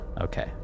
Okay